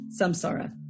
samsara